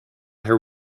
her